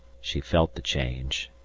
she felt the change,